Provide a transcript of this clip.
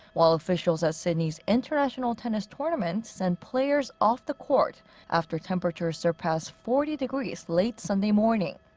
while officials at sydney's international tennis tournament sent players off the court after temperatures surpassed forty degrees late sunday morning.